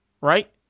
right